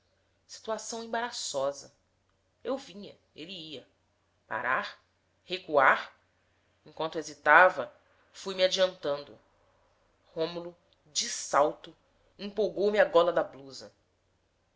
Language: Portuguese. situação embaraçosa eu vinha ele ia parar recuar enquanto hesitava fui-me adiantando rômulo de salto empolgou me a gola da blusa